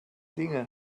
dinge